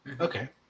Okay